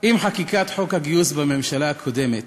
עם חקיקת חוק הגיוס בממשלה הקודמת